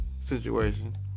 situation